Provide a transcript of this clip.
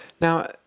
Now